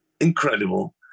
incredible